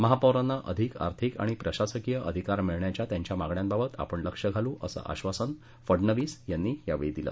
महापौरांना अधिक आर्थिक आणि प्रशासकीय अधिकार मिळण्याच्या त्यांच्या मागण्यांबाबत आपण लक्ष घालू असं आश्वासन फडणवीस यांनी यावेळी दिलं